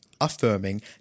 affirming